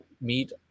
meet